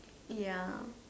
ya